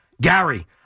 Gary